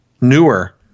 newer